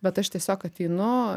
bet aš tiesiog ateinu